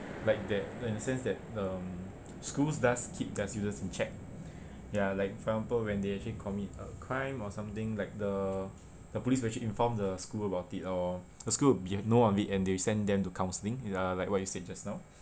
like that in a sense that um schools does keep their students in check ya like for example when they actually commit a crime or something like the the police will actually inform the school about it or the school would be know of it and they'll send them to counselling ya like what you said just now